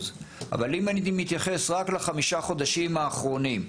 אבל אם אני מתייחס רק לחמישה חודשים האחרונים,